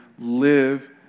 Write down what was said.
live